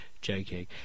joking